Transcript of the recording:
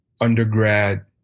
undergrad